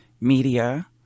media